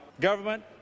government